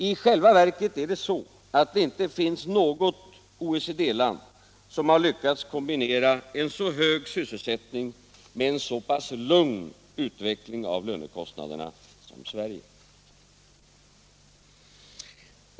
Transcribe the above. I själva verket finns det inte något OECD-land som har lyckats kombinera en så hög sysselsättning med en så pass lugn utveckling av lönekostnaderna som Sverige.